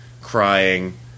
crying